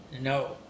no